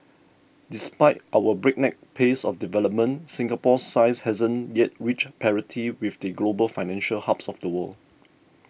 despite our breakneck pace of development Singapore's size hasn't yet reached parity with the global financial hubs of the world